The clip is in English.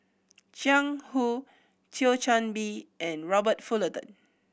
Jiang Hu Thio Chan Bee and Robert Fullerton